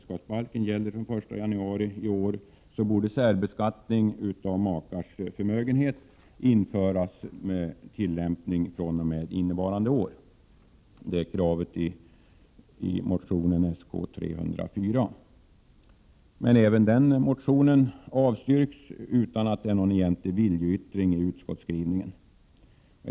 I min motion Sk304 har jag framfört kravet att särbeskattning av makars förmögenhet skall införas med tillämpning fr.o.m. innevarande år, eftersom den nya äktenskapsbalken gäller från den 1 januari i år. Även den motionen avstyrks, utan någon egentlig viljeyttring i utskottsskrivningen.